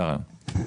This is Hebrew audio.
זה הרעיון.